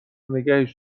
نگهش